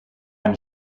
eine